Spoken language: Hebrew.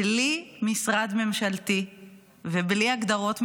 בלי משרד ממשלתי ובלי הגדרות מיוחדות: